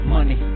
Money